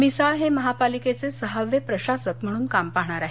मिसाळ हे महापालिकेचे सहावे प्रशासक म्हणून काम पाहणार आहेत